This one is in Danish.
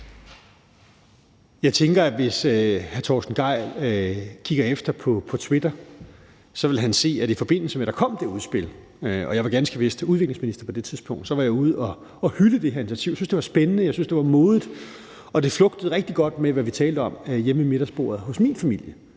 tænker, at hvis hr. Torsten Gejl kigger efter på Twitter, så vil han se, at jeg, i forbindelse med at der kom det udspil – og jeg var ganske vist udviklingsminister på det tidspunkt – var ude at hylde det her initiativ; jeg syntes det var spændende; jeg syntes, det var modigt, og det flugtede rigtig godt med, hvad vi talte om hjemme ved middagsbordet hos min familie,